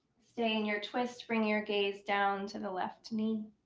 stay in your twist. bring your gaze down to the left knee.